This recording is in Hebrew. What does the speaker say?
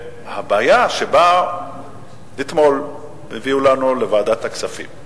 אתמול הביאו את זה לוועדת הכספים,